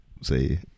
say